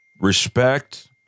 respect-